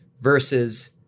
versus